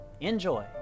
Enjoy